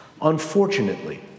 Unfortunately